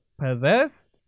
possessed